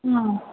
ம்